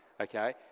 okay